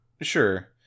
sure